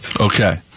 Okay